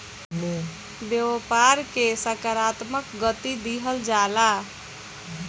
व्यापार के सकारात्मक गति दिहल जाला